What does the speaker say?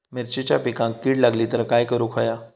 मिरचीच्या पिकांक कीड लागली तर काय करुक होया?